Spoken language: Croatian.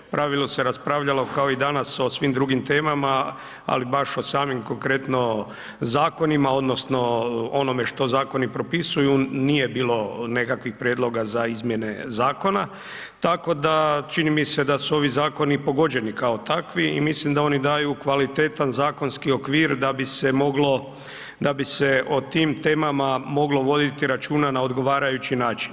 U pravilu se raspravljalo kao i danas o svim drugim temama, ali baš o samim konkretno zakonima odnosno onome što zakoni propisuju nije bilo nekakvih prijedloga za izmjene zakona, tako da, čini mi se da su ovi zakoni pogođeni kao takvi i mislim da oni daju kvalitetan zakonski okvir da bi se moglo, da bi se o tim temama moglo voditi računa na odgovarajući način.